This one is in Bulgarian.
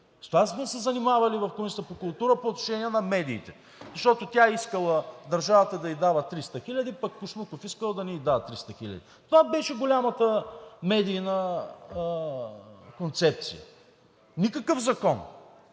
С това сме се занимавали в Комисията по културата и медиите по отношение на медиите. Защото тя искала държавата да ѝ дава 300 хиляди, пък Кошлуков искал да не ѝ дава 300 хиляди. Това беше голямата медийна концепция. Никакъв закон!